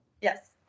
yes